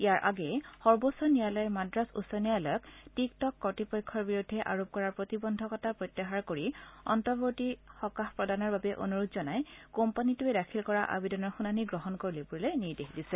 ইয়াৰ আগেয়ে সৰ্বোচ্চ ন্যায়ালয়ে মাদ্ৰাজ উচ্চ ন্যায়ালয়ক টিক টক কৰ্ত্তপক্ষৰ বিৰুদ্ধে আৰোপ কৰা প্ৰতিবদ্ধকতা প্ৰত্যাহাৰ কৰি অন্তৰ্বৰ্তী সকাহ প্ৰদানৰ বাবে অনুৰোধ জনাই কোম্পানীটোৱে দাখিল কৰা আবেদনৰ শুনানী গ্ৰহণ কৰিবলৈ নিৰ্দেশ দিছে